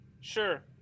Sure